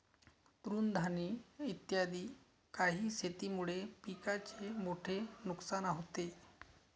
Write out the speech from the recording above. तृणधानी इत्यादी काही शेतीमुळे पिकाचे मोठे नुकसान होते